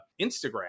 Instagram